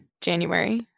January